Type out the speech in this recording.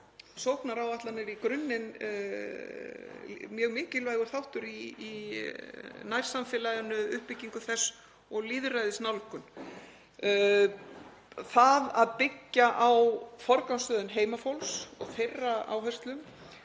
Sóknaráætlanir eru í grunninn mjög mikilvægur þáttur í nærsamfélaginu, uppbyggingu þess og lýðræðisnálgun. Það að byggja á forgangsröðun heimafólks og þeirra áherslum